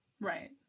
right